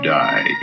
die